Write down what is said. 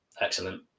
excellent